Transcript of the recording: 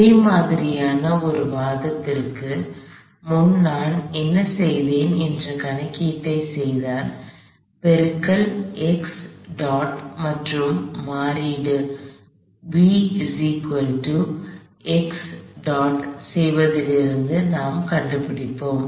அதே மாதிரியான ஒரு வாதத்திற்கு முன் நான் என்ன செய்தேன் என்று கணக்கீட்டைச் செய்தால் பெருக்கல் மற்றும் மாற்றீடு செய்வதிலிருந்து நாம் கண்டுபிடிப்போம்